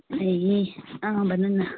ए अँ भन न